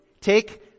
Take